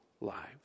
lives